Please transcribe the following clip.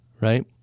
right